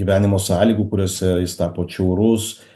gyvenimo sąlygų kuriose jis tapo atšiaurus